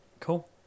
cool